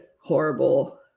horrible